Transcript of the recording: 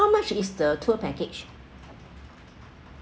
how much is the tour package